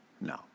No